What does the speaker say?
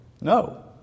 No